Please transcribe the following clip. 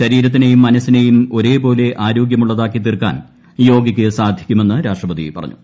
ശരീരത്തിനെയും മനസിനെയും ഒര്യേപ്പോലെ ആരോഗ്യമുള്ളതാക്കി തീർക്കാൻ യോഗയ്ക്ക് സാധിക്കുമെന്ന് രാഷ്ട്രപതി പറഞ്ഞു